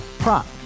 Prop